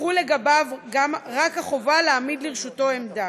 תחול לגביו רק החובה להעמיד לרשותו עמדה.